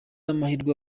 amahirwe